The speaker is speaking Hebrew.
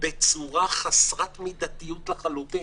בצורה חסרת מידתיות לחלוטין,